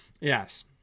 Yes